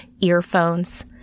earphones